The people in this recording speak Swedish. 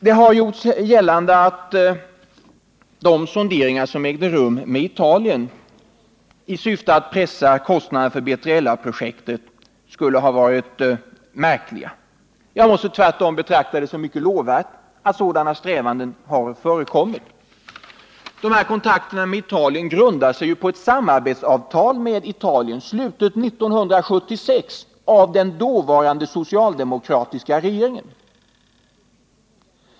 Det har gjorts gällande att de sonderingar som ägde rum med ltalien i syfte att pressa kostnaderna för B3LA-projektet skulle ha varit märkliga. Jag betraktar det tvärtom som mycket lovvärt att sådana strävanden har förekommit. Kontakterna med Italien grundar sig ju på ett samarbetsavtal med Italien, slutet 1976 av den dåvarande socialdemokratiska regeringen.